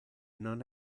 non